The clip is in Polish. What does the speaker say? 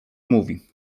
mówi